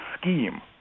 scheme